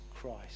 Christ